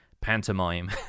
Pantomime